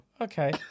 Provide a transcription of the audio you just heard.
Okay